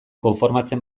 konformatzen